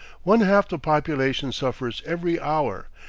one half the population suffers every hour,